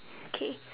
okay